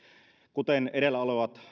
kuten edellä